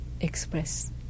express